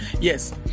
Yes